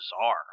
bizarre